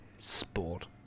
sport